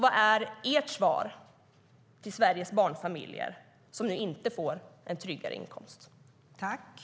Vad är ert svar till Sveriges barnfamiljer, som nu inte får en tryggare inkomst?